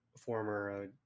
former